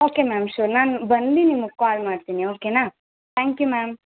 okay ma'am sure ನಾನು ಬಂದು ನಿಮಗೆ ಕಾಲ್ ಮಾಡ್ತೀನಿ ಓಕೆನಾ ತ್ಯಾಂಕ್ ಯು ಮ್ಯಾಮ್